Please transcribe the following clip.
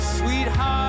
sweetheart